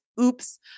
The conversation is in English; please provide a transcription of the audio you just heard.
oops